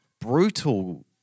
brutal